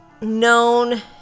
known